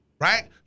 Right